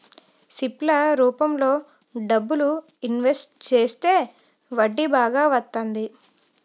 SIP ల రూపంలో డబ్బులు ఇన్వెస్ట్ చేస్తే వడ్డీ బాగా వత్తంది